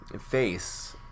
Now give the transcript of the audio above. face